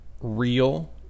real